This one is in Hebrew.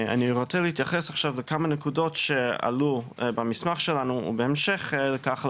אני רוצה להתייחס עכשיו לכמה נקודות שעלו במסמך שלנו ובהמשך לכך,